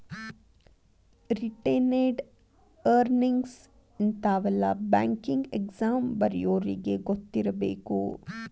retained earnings ಇಂತಾವೆಲ್ಲ banking exam ಬರ್ಯೋರಿಗಿ ಗೊತ್ತಿರ್ಬೇಕು